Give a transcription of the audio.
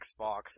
Xbox